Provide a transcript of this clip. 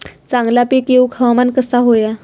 चांगला पीक येऊक हवामान कसा होया?